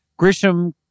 Grisham